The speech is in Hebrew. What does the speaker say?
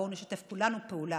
בואו נשתף כולנו פעולה.